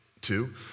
Two